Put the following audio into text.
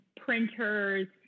printers